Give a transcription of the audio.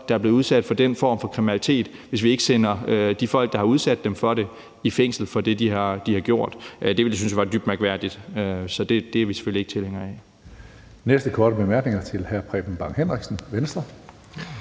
der er blevet udsat for den form for kriminalitet, hvis vi ikke sender de folk, der har udsat dem for det, i fængsel for det, de har gjort? Det ville jeg synes var dybt mærkværdigt. Så det er vi selvfølgelig ikke tilhængere af. Kl. 16:51 Tredje næstformand (Karsten Hønge): Næste korte bemærkning er til hr. Preben Bang Henriksen, Venstre.